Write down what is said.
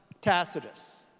Tacitus